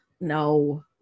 No